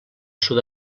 sud